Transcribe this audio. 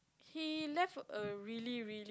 he left a really really